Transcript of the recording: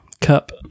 cup